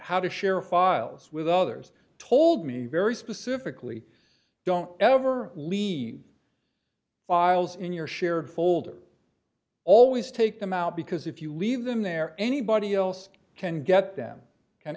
how to share files with others told me very specifically don't ever leave files in your shared folder always take them out because if you leave them there anybody else can get them an